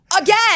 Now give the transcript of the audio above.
Again